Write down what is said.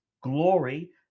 glory